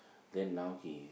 then now he